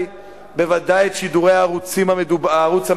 בוודאי את שידורי הערוץ המדובר.